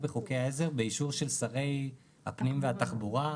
בחוקי העזר באישור של שרי הפנים והתחבורה,